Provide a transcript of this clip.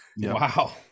Wow